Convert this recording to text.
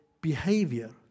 behavior